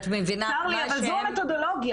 צר לי, אבל זו המתודולוגיה.